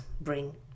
bring